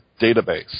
database